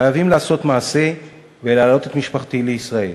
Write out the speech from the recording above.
חייבים לעשות מעשה ולהעלות את משפחתי לישראל.